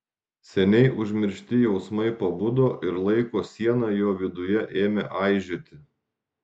seniai užmiršti jausmai pabudo ir laiko siena jo viduje ėmė aižėti